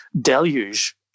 deluge